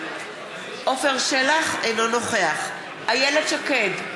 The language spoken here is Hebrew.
אינו נוכח איילת שקד,